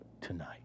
tonight